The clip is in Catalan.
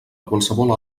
qualsevol